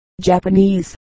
Japanese